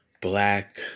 Black